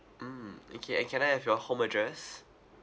mm okay and can I have your home address